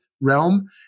realm